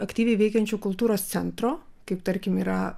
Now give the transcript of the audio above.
aktyviai veikiančio kultūros centro kaip tarkim yra